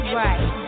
right